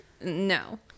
no